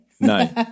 No